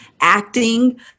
acting